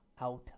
out